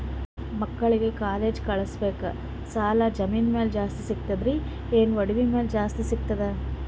ಮಕ್ಕಳಿಗ ಕಾಲೇಜ್ ಕಳಸಬೇಕು, ಸಾಲ ಜಮೀನ ಮ್ಯಾಲ ಜಾಸ್ತಿ ಸಿಗ್ತದ್ರಿ, ಏನ ಒಡವಿ ಮ್ಯಾಲ ಜಾಸ್ತಿ ಸಿಗತದ?